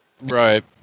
Right